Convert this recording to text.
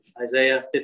Isaiah